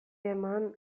eman